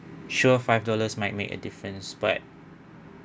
sure five dollars might make a difference but